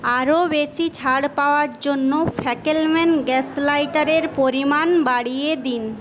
আরও বেশি ছাড় পাওয়ার জন্য ফ্যাকেলম্যান গ্যাস লাইটারের পরিমাণ বাড়িয়ে দিন